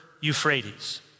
Euphrates